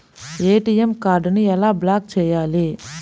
ATM కార్డుని ఎలా block చేయాలి?